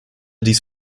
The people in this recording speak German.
dies